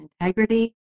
integrity